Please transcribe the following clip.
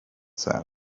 said